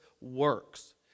works